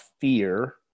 fear